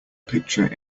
picture